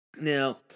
Now